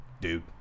dude